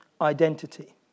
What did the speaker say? identity